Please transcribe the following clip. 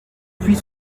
puis